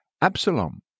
Absalom